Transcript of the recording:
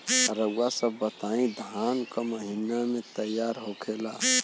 रउआ सभ बताई धान क महीना में तैयार होखेला?